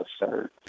absurd